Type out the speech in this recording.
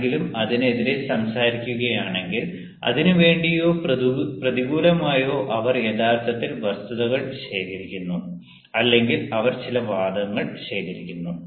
ആരെങ്കിലും അതിനെതിരെ സംസാരിക്കുകയാണെങ്കിൽ അതിനുവേണ്ടിയോ പ്രതികൂലമായോ അവർ യഥാർത്ഥത്തിൽ വസ്തുതകൾ ശേഖരിക്കുന്നു അല്ലെങ്കിൽ അവർ ചില വാദങ്ങൾ ശേഖരിക്കുന്നു